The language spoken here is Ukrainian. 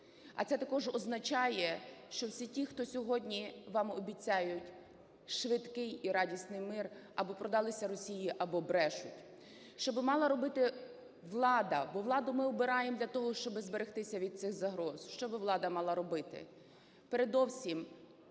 А це також означає, що всі ті, хто сьогодні вам обіцяють швидкий і радісний мир, або продалися Росії, або брешуть. Що би мала робити влада, бо владу ми обираємо для того, щоб вберегтися від цих загроз, що би влада мала робити?